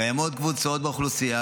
קיימות קבוצות באוכלוסייה,